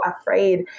afraid